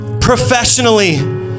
professionally